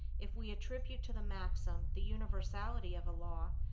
if we attribute to the maxim the universality of a law,